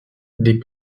des